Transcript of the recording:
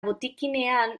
botikinean